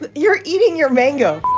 but you're eating your mango